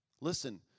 Listen